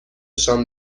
شام